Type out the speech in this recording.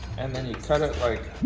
and then you cut it like